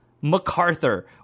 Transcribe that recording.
MacArthur